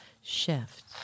shift